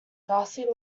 darcy